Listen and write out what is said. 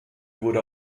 wurde